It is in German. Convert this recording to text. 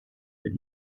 mit